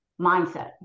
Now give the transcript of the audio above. mindset